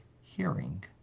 hearing